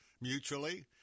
mutually